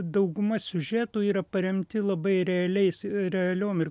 dauguma siužetų yra paremti labai realiais realiom ir